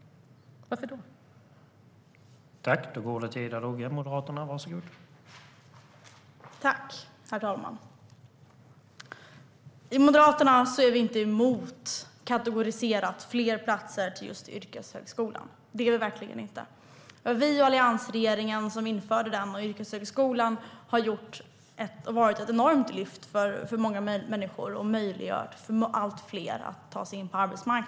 Varför?